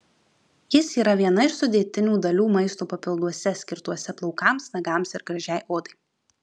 jis yra viena iš sudėtinių dalių maisto papilduose skirtuose plaukams nagams ir gražiai odai